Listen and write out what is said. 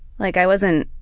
like i wasn't